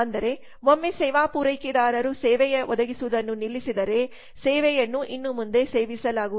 ಅಂದರೆ ಒಮ್ಮೆ ಸೇವಾ ಪೂರೈಕೆದಾರರು ಸೇವೆಯನ್ನು ಒದಗಿಸುವುದನ್ನು ನಿಲ್ಲಿಸಿದರೆ ಸೇವೆಯನ್ನು ಇನ್ನು ಮುಂದೆ ಸೇವಿಸಲಾಗುವುದಿಲ್ಲ